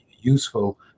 useful